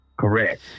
Correct